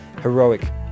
heroic